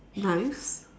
knives